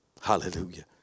Hallelujah